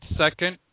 second